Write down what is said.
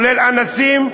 כולל אנסים,